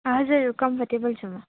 हजुर कम्फोर्टेबल छु म